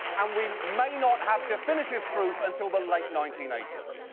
and we may not have definitive proof until the late nineteen eighty s.